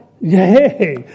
Yay